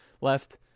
left